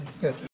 Good